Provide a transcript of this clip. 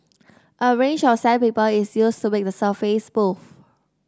a range of sandpaper is used to make the surface smooth